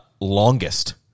Longest